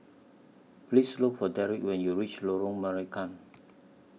Please Look For Derek when YOU REACH Lorong Marican